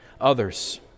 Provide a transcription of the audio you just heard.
others